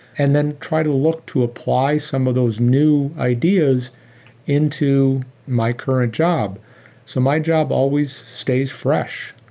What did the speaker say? and then try to look to apply some of those new ideas into my current job so my job always stays fresh.